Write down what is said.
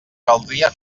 caldria